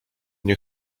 nie